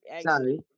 Sorry